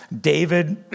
David